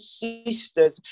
sisters